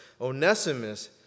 Onesimus